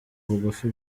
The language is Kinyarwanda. bugufi